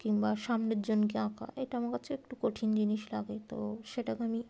কিংবা সামনের জনকে আঁকা এটা আমার কাছে একটু কঠিন জিনিস লাগে তো সেটাকে আমি